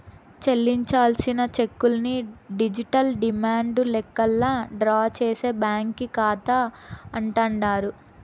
చెల్లించాల్సిన చెక్కుల్ని digital demand లెక్కల్లా డ్రా చేసే బ్యాంకీ కాతా అంటాండారు